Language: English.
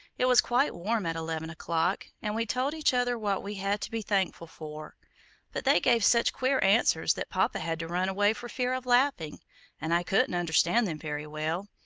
it was quite warm at eleven o'clock, and we told each other what we had to be thankful for but they gave such queer answers that papa had to run away for fear of laughing and i couldn't understand them very well.